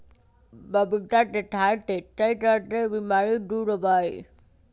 पपीता के खाय से कई तरह के बीमारी दूर होबा हई